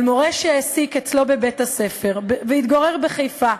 מורה שהוא העסיק אצלו בבית-הספר והתגורר בחיפה,